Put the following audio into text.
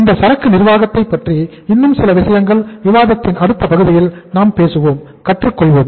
இந்த சரக்கு நிர்வாகத்தை பற்றி இன்னும் சில விஷயங்கள் விவாதத்தின் அடுத்த பகுதியில் நாம் பேசுவோம் கற்றுக்கொள்வோம்